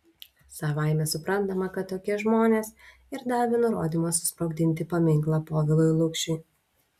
savaime suprantama kad tokie žmonės ir davė nurodymą susprogdinti paminklą povilui lukšiui